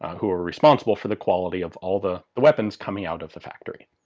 who are responsible for the quality of all the the weapons coming out of the factory.